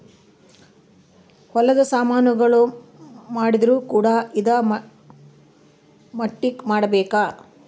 ಹೊಲದ ಸಾಮನ್ ಗಳು ಮಾಡಿದ್ರು ಕೂಡ ಇದಾ ಮಟ್ಟಕ್ ಮಾಡ್ಬೇಕು